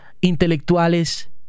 intelectuales